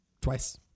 Twice